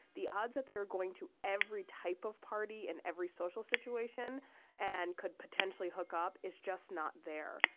the odds that they are going to every type of party and every social situation and could potentially hook up is just not there.